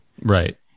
Right